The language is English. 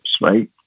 right